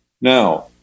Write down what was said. Now